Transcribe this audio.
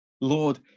Lord